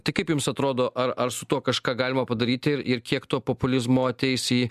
tai kaip jums atrodo ar ar su tuo kažką galima padaryti ir ir kiek to populizmo ateis į